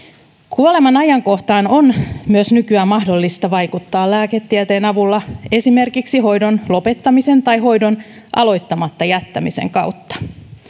kuoleman ajankohtaan on myös nykyään mahdollista vaikuttaa lääketieteen avulla esimerkiksi hoidon lopettamisen tai hoidon aloittamatta jättämisen kautta